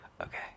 Okay